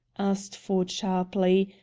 asked ford sharply,